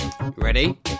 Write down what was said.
ready